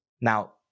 now